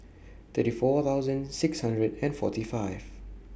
thirty four thousand six hundred and forty five